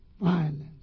violence